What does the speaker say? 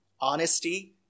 honesty